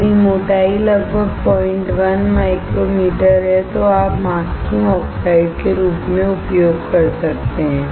यदि मोटाई लगभग 01 माइक्रोमीटर है तो आप मास्किंग ऑक्साइड के रूप में उपयोग कर सकते हैं